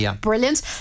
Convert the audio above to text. brilliant